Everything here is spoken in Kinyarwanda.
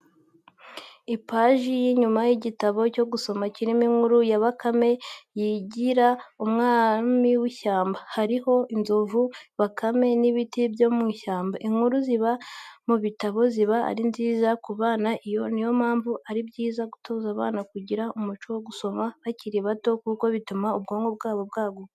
Ipaji y'inyuma y'igitabo cyo gusama kirimo inkuru ya Bakame yigira umwami w'ishyamba, hariho inzovu na Bakame n'ibiti byo mu ishyamba, inkuru ziba mu bitabo ziba ari nziza ku bana niyo mpamvu ari byiza gutoza abana kugira umuco wo gusoma bakiri bato, kuko bituma ubwonko bwabo bwaguka.